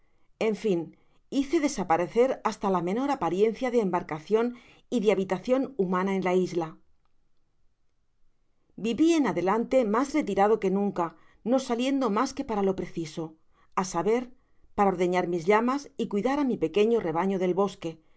en fin bice desapa reeer hasta la menor apariencia de embarcacion y de habitacion humana en la isla vivi en adelante mas retirado que nunca no saliendo mas que para lo preciso á saber para ordeñar mis llamas y euidar á mi pequeño rebaño del bosque